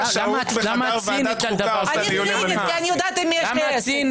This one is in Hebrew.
אני צינית כי אני יודעת עם מי יש לי עסק.